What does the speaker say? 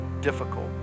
difficult